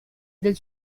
del